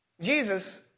Jesus